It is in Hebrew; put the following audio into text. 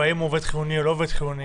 האם הוא עובד חיוני או לא עובד חיוני.